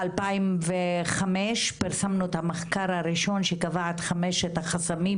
ב-2005 פרסמנו את המחקר הראשון שקבע את חמשת החסמים